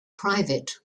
private